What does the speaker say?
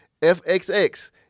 FXX